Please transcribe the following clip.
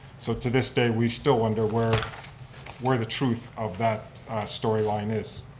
so to this day, we still wonder where where the truth of that storyline is.